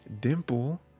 Dimple